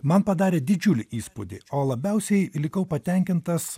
man padarė didžiulį įspūdį o labiausiai likau patenkintas